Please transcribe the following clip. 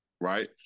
right